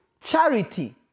charity